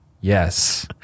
yes